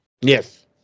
Yes